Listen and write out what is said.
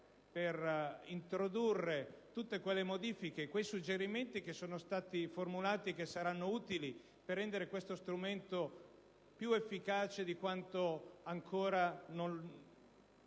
per introdurre tutte le modifiche e i suggerimenti che sono stati formulati e che saranno utili per rendere questo strumento più efficace di quanto non lo